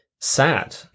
sad